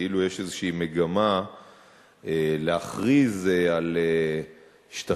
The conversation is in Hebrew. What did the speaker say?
כאילו יש איזו מגמה להכריז על שטחים